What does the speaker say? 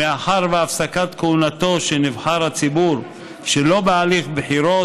מאחר שהפסקת כהונתו של נבחר הציבור שלא בהליך בחירות,